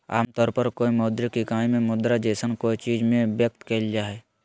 आमतौर पर कोय मौद्रिक इकाई में मुद्रा जैसन कोय चीज़ में व्यक्त कइल जा हइ